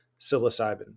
psilocybin